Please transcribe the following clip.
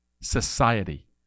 society